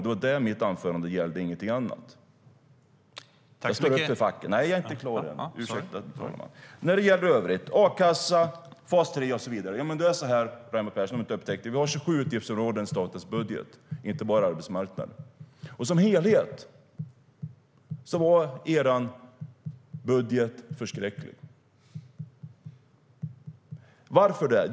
Det var det som mitt anförande gällde och ingenting annat. När det gäller a-kassa, fas 3 och så vidare har vi 27 utgiftsområden i statens budget, inte bara arbetsmarknaden. Som helhet var er budget förskräcklig, Raimo Pärssinen. Varför?